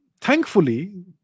thankfully